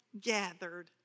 gathered